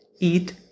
Eat